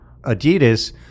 Adidas